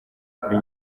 kuri